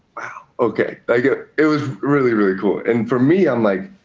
okay. like, ah it was really, really cool. and for me, i'm like,